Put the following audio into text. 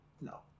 No